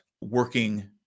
working